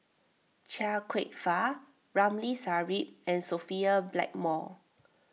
Chia Kwek Fah Ramli Sarip and Sophia Blackmore